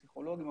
פסיכולוגים,